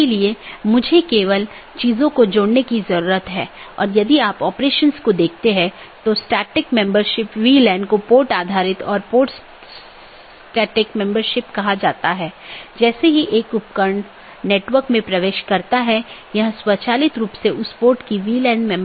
इसलिए यह महत्वपूर्ण है और मुश्किल है क्योंकि प्रत्येक AS के पास पथ मूल्यांकन के अपने स्वयं के मानदंड हैं